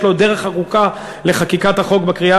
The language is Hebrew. יש לו עוד דרך ארוכה לחקיקת החוק בקריאה